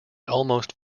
almost